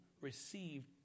received